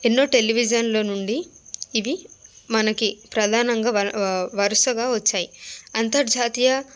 ఎన్నో టెలివిజన్ల నుండి ఇది మనకి ప్రధానంగా వ వరుసగా వచ్చాయి అంతర్జాతీయ